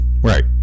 Right